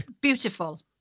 Beautiful